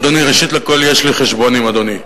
אדוני, ראשית לכול, יש לי חשבון עם אדוני.